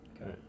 Okay